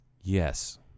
Yes